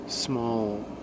small